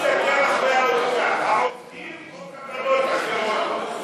מה מסתתר מאחורי, העובדים או, מה מסתתר?